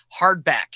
hardback